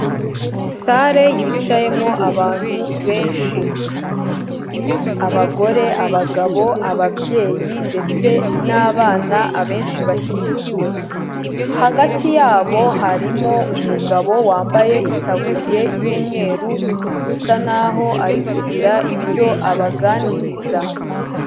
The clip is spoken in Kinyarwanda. Sale yicayemo abantu benshi abagore, abagabo, ababyeyi ndetse n'abana abenshi bakikiwe hagati yabo harimo umugabo wambaye itaburiye y'umweru usa naho ari kugira ibyo abaganiriza.